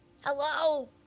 Hello